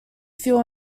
fuel